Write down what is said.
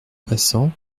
passant